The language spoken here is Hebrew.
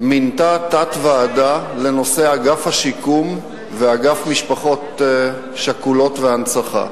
מינתה תת-ועדה לנושא אגף השיקום ואגף משפחות שכולות והנצחה.